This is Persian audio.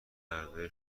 هردو